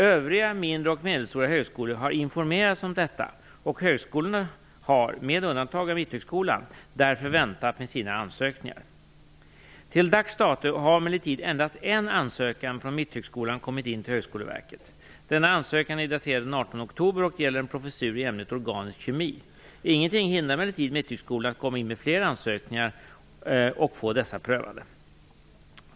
Övriga mindre och medelstora högskolor har informerats om detta, och högskolorna har, med undantag av Mitthögskolan, därför väntat med sina ansökningar. Till dags dato har emellertid endast en ansökan från Mitthögskolan kommit in till Högskoleverket. Denna ansökan är daterad den 18 oktober och gäller en professur i ämnet organisk kemi. Ingenting hindrar emellertid Mitthögskolan att komma in med fler ansökningar och få dessa prövade.